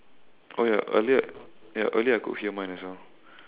oh ya earlier ya earlier I could hear mine as well